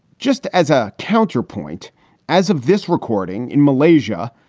just as a counter point as of this recording. in malaysia,